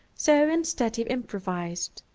so instead he improvised.